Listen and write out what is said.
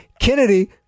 Kennedy